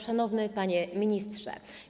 Szanowny Panie Ministrze!